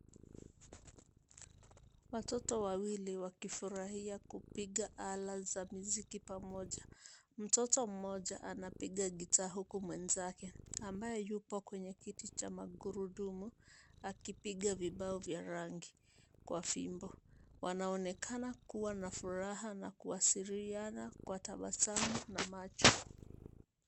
Watoto wawili wakifurahia kupiga ala za muziki pamoja. Mtoto mmoja anapiga gitaa huku mwenzake ambaye yupo kwenye kiti cha magurudumu akipiga vibao vya rangi kwa fimbo. Wanaonekana kuwa na furaha na kuwasiliana kwa tabasamu na macho.